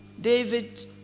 David